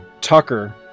Tucker